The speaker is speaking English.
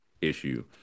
issue